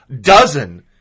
dozen